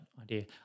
idea